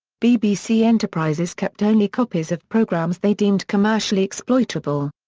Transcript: bbc enterprises kept only copies of programmes they deemed commercially exploitable.